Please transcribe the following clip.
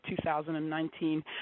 2019